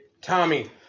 Tommy